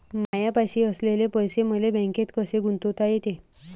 मायापाशी असलेले पैसे मले बँकेत कसे गुंतोता येते?